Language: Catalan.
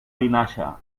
vinaixa